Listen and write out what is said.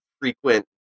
frequent